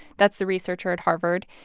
that's the researcher at harvard.